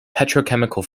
petrochemical